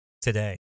today